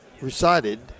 recited